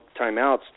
timeouts